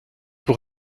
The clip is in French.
pour